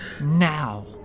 Now